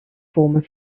former